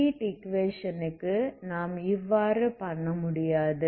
ஆனால் heat equation க்கு நாம் இவ்வாறு பண்ணமுடியாது